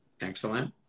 excellent